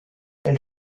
elle